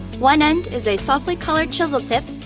one end is a softly colored chisel tip,